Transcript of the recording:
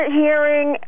hearing